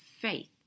faith